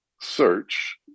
search